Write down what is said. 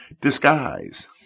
Disguise